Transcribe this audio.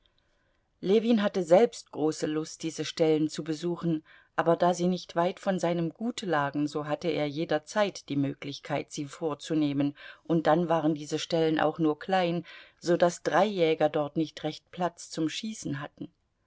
ljewin hatte selbst große lust diese stellen zu besuchen aber da sie nicht weit von seinem gut lagen so hatte er jederzeit die möglichkeit sie vorzunehmen und dann waren diese stellen auch nur klein so daß drei jäger dort nicht recht platz zum schießen hatten